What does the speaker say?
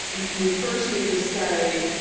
we first need to say,